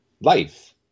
life